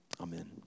Amen